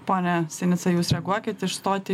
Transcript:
pone sinica jūs reaguokit išstoti